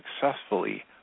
successfully